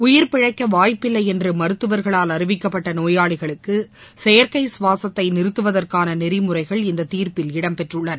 உயிர் பிழைக்க வாய்ப்பில்லை என்று மருத்துவர்களால் அறிவிக்கப்பட்ட நோயாளிகளுக்கு செயற்கை சுவாசத்தை நிறுத்துவதற்கான நெறிமுறைகள் இந்த தீர்ப்பில் இடம் பெற்றுள்ளன